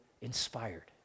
inspired